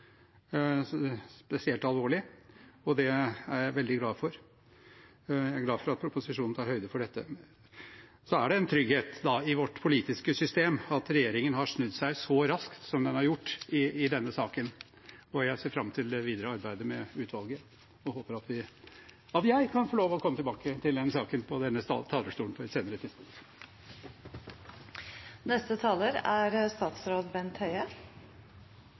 alvorlig, og det er jeg veldig glad for. Jeg er glad for at proposisjonen tar høyde for dette. Så er det en trygghet i vårt politiske system at regjeringen har snudd seg så raskt som den har gjort i denne saken, og jeg ser fram til det videre arbeidet med utvalget og håper at jeg kan få lov til å komme tilbake til denne saken på denne talerstolen på et senere tidspunkt. Formålet med loven som Stortinget nå behandler, er